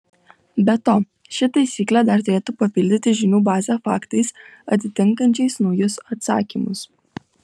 be to ši taisyklė dar turėtų papildyti žinių bazę faktais atitinkančiais naujus atsakymus